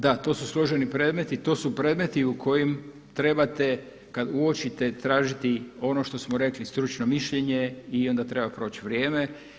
Da, to su složeni predmeti i to su predmeti u kojima trebate kada uočite tražiti ono što smo rekli stručno mišljenje i onda treba proći vrijeme.